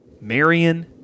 Marion